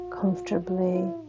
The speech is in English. comfortably